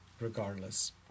regardless